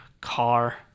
car